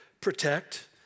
protect